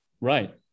right